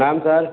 प्रणाम सर